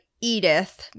Edith